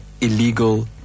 illegal